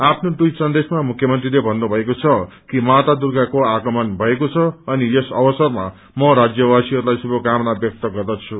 आफ्नो टवीट सन्देशमा मुख्यमंत्रीले भन्नुभएको छ कि माता दुर्गाको आगमन भएको छ अनि यस अवसरमा म राज्यवासीहरूलाई शुभकामना व्यक्त गर्दछु